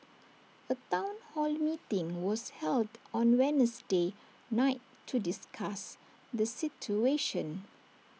A Town hall meeting was held on Wednesday night to discuss the situation